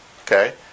okay